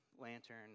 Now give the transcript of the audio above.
lantern